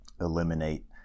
eliminate